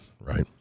right